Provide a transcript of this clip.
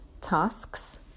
tasks